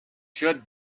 should